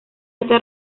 está